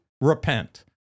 repent